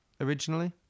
originally